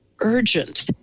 Urgent